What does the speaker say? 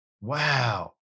Wow